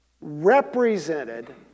represented